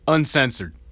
Uncensored